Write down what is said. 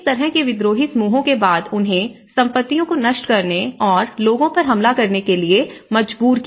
इस तरह के विद्रोही समूहों के बाद उन्हें संपत्तियों को नष्ट करने और लोगों पर हमला करने के लिए मजबूर किया